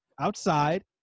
outside